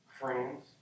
friends